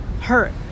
hurt